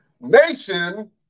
nation